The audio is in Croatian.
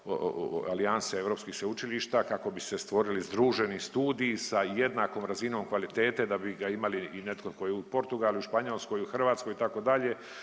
alijanse europskih sveučilišta kako bi se stvorili združeni studiji sa jednakom razinom kvalitete da bi ga imali i netko tko je u Portugalu i u Španjolskoj i u Hrvatskoj itd.